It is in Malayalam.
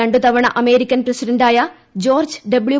രണ്ടു തവണ അമേരിക്കൻ പ്രസിഡന്റായ ജോർജ് ഡബ്ല്യു